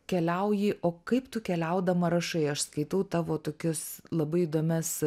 keliauji o kaip tu keliaudama rašai aš skaitau tavo tokius labai įdomias